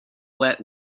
wet